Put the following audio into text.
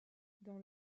dans